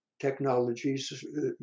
technologies